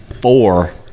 four